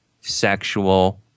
sexual